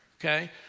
okay